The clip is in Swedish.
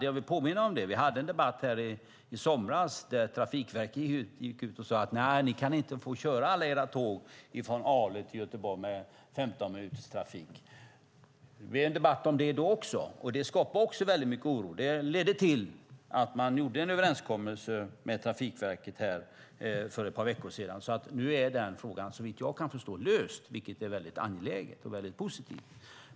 Jag vill påminna om att det var en debatt i somras där Trafikverket gick ut och sade: Nej, ni kan inte få köra alla era tåg från Ale till Göteborg med 15 minuters trafik. Det blev en debatt om det också och skapade väldigt mycket oro. Det ledde till att man gjorde en överenskommelse med Trafikverket för ett par veckor sedan, så nu är den frågan, såvitt jag kan förstå, löst, vilket är väldigt angeläget och positivt.